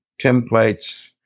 templates